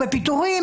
בפיטורים,